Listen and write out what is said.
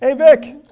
ah vic,